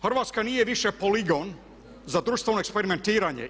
Hrvatska više nije poligon za društveno eksperimentiranje.